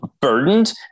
burdened